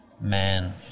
man